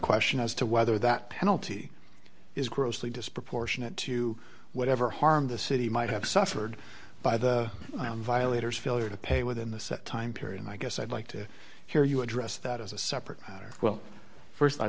question as to whether that penalty is grossly disproportionate to whatever harm the city might have suffered by the violators failure to pay within the set time period i guess i'd like to hear you address that as a separate matter well st i